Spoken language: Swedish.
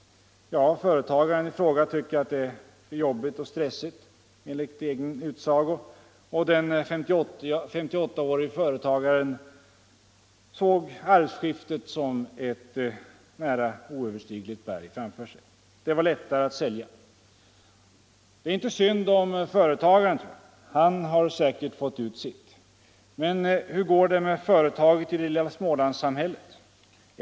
Ja, företagaren i fråga tyckte enligt egen utsago att det var för jobbigt och för stressigt att driva verksamheten, och — han är 58 år — såg arvsskiftet som ett nära oöverstigligt berg. Det var lättare att sälja. Det är inte synd om företagaren. Han har säkert fått ut sitt. Men hur går det med företaget i det lilla Smålandssamhället?